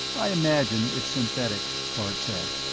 i imagine it's synthetic, bart said.